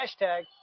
Hashtag